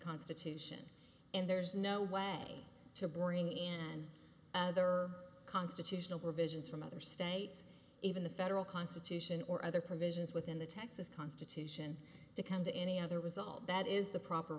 constitution and there's no way to bring in and there are constitutional provisions from other states even the federal constitution or other provisions within the texas constitution to come to any other was all that is the proper